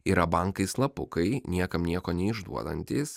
yra bankai slapukai niekam nieko neišduodantys